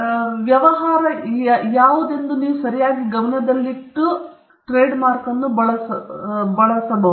ನೀವು ವ್ಯವಹಾರವ ಯಾವುದೆಂದರೆ ನೀವು ಅದನ್ನು ಬಳಸುವುದನ್ನು ನಿಲ್ಲಿಸಬಲ್ಲಿರಿ ಎಂದು ಬಯಸಿದರೆ ಇದು ಖ್ಯಾತ ಮಾರ್ಕ್ ಆಗಿದ್ದರೆ ಅದನ್ನು ಬಳಸದಂತೆ ಜನರನ್ನು ನೀವು ಬಳಸಿಕೊಳ್ಳಬಹುದು